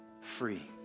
free